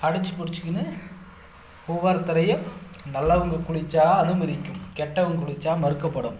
அடைச்சி பிடிச்சிக்கின்னு ஒவ்வொருத்தடையும் நல்லவங்க குளித்தா அனுமதிக்கும் கெட்டவங்க குளித்தா மறுக்கப்படும்